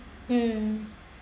mm